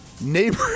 Neighbor